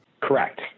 Correct